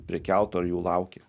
prie kelto ir jų laukia